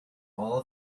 all